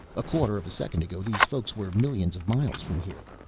a quarter of a second ago these folks were millions of miles from here.